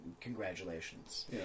congratulations